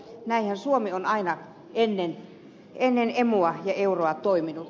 näinhän suomi on aina ennen emua ja euroa toiminut